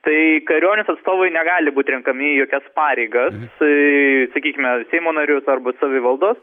tai kariuomenės atstovai negali būti renkami į jokias pareigas tai sakykime seimo narių arba savivaldos